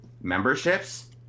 memberships